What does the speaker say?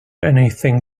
anything